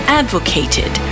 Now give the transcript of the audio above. advocated